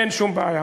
אין שום בעיה.